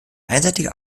einseitige